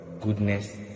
goodness